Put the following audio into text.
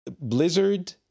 Blizzard